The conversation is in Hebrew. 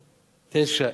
2009,